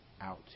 out